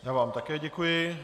Já vám také děkuji.